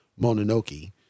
Mononoke